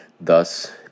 Thus